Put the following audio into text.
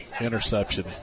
interception